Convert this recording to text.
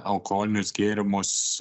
alkoholinius gėrimus